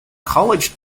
college